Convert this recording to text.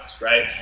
right